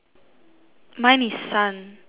mine is sun